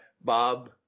Bob